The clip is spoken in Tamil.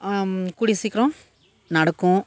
கூடிய சீக்கிரம் நடக்கும்